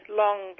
long